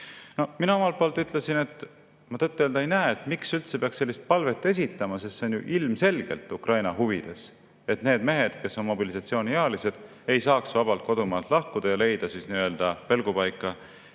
Mina omalt poolt ütlesin, et ma tõtt-öelda ei näe, miks üldse peaks sellist palvet esitama, sest see on ju ilmselgelt Ukraina huvides, et need mehed, kes on mobilisatsiooniealised, ei saaks vabalt kodumaalt lahkuda ja leida nii-öelda pelgupaika